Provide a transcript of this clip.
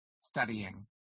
Studying